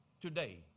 today